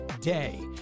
day